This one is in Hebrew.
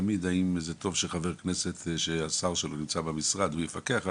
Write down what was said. תמיד האם זה טוב שחבר כנסת שהשר שלו נמצא במשרד הוא יפקח עליו,